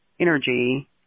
energy